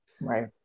Right